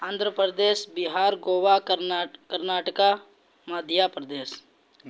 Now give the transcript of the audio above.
Andhra Pradesh Bihar Goa Karnataka Karnataka Madhya Pradesh